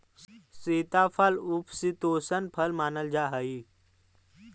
सीताफल उपशीतोष्ण फल मानल जा हाई